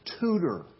tutor